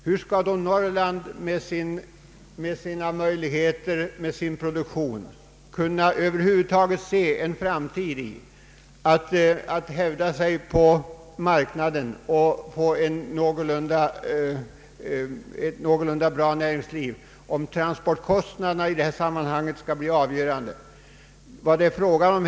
Hur skall Norrland över huvud taget kunna se en framtid för sin produktion, när det gäller att hävda sig på marknaden och få ett någorlunda bra näringsliv, om = transportkostnaderna skall bli avgörande i detta sammanhang?